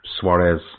Suarez